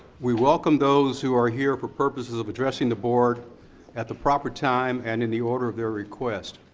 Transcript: we welcome those who are here for purposes of addressing the board at the proper time and in the order of their request.